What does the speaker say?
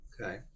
Okay